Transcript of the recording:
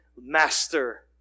master